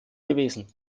gewesen